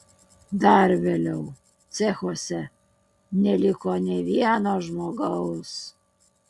dar vėliau cechuose neliko nė vieno žmogaus